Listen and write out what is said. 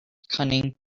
cunning